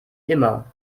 immer